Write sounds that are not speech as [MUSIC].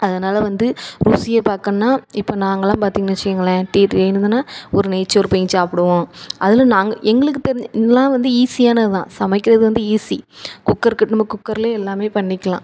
அதனால் வந்து ருசியை பார்க்கணுன்னா இப்போ நாங்கலெலாம் பார்த்திங்கனு வச்சிக்கோங்களேன் [UNINTELLIGIBLE] ஒரு நெய்ச்சோறு பொங்கி சாப்பிடுவோம் அதில் நாங்கள் எங்களுக்கு தெரிஞ்ச இதெல்லாம் வந்து ஈஸியானது தான் சமைக்கின்றது வந்து ஈஸி குக்கர்க்கு நம்ம குக்கர்லேயே எல்லாமே பண்ணிக்கலாம்